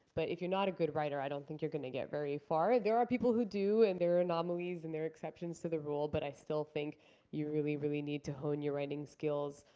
but if you're not a good writer, i don't think you're going to get very far. there are people who do and there are anomalies and there are exceptions to the rule, but i still think you really, really need to hone your writing skills.